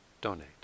donate